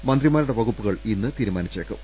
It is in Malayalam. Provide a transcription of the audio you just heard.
മന്ത്രിമാരുടെ വകുപ്പുകൾ ഇന്ന് തീരുമാനിച്ചേക്കും